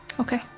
Okay